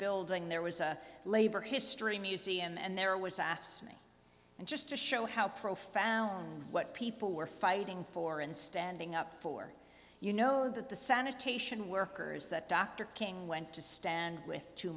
building there was a labor history museum and there was asked me and just to show how profound what people were fighting for and standing up for you know that the sanitation workers that dr king went to stand with t